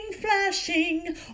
flashing